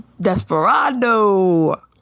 desperado